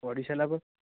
ପଢି ସରିଲା ପରେ